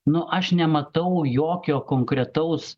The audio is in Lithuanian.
nu aš nematau jokio konkretaus